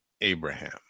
Abraham